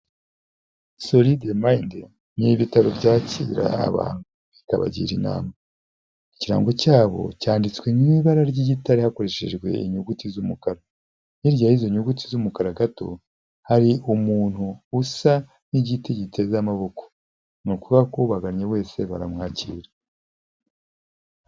soride mayinde, ni ibitaro byakira, abantu. Bikabagira inama. Ikirango cyabo, cyanditswe mu ibara ry'igitare hakoreshejweye inyuguti z'umukara. Hirya y'izo nyuguti z'umukara gato, hari umuntu, usa nk'igiti giteze amaboko. Ni ukuvuga ko ubagannye wese, baramwakira.